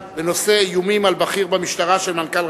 בנושא: איומים של בכיר במשטרה על מנכ"ל